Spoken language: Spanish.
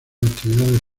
actividades